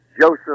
Joseph